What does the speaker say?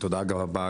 תודה רבה,